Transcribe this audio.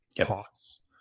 costs